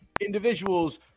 individuals